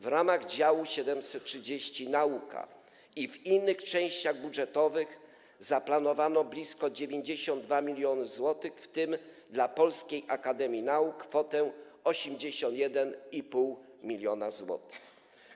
W ramach działu 730: Nauka i w innych częściach budżetowych zaplanowano blisko 92 mln zł, w tym dla Polskiej Akademii Nauk kwotę 81,5 mln zł.